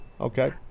Okay